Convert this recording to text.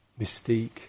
mystique